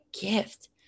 gift